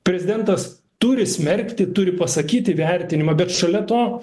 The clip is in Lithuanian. prezidentas turi smerkti turi pasakyti vertinimą bet šalia to